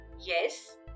Yes